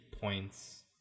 points